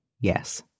yes